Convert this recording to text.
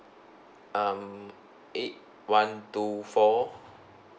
um eight one two four